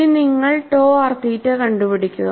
ഇനി നിങ്ങൾ ടോ ആർ തീറ്റ കണ്ടുപിടിക്കുക